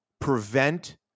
prevent